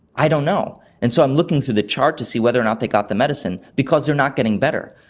i don't know. and so i'm looking for the chart to see whether or not they got the medicine because they are not getting better.